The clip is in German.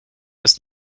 ist